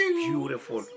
beautiful